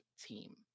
team